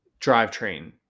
drivetrain